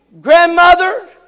Grandmother